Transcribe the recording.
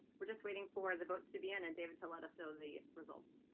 we're just waiting for the votes to be in and david to let us know the results.